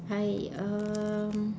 I um